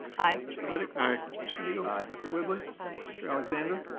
aye. mr. riddick. aye. mr. smigiel. aye. dr. whibley. aye. mr. alexander.